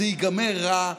זה ייגמר רע.